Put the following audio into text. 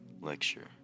lecture